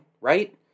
right